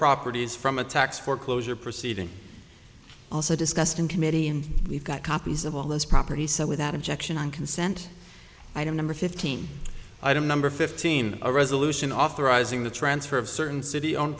properties from a tax foreclosure proceeding also discussed in committee and we've got copies of all this property so without objection on consent item number fifteen i don't number fifteen a resolution authorizing the transfer of certain city o